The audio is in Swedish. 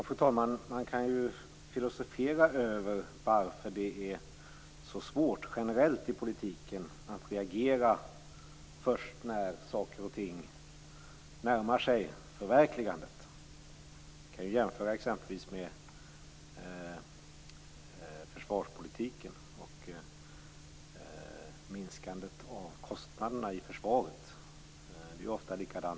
Fru talman! Man kan filosofera över varför man inom politiken reagerar först när saker och ting närmar sig förverkligandet. Vi kan jämföra med minskandet av kostnaderna inom försvaret.